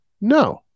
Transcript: No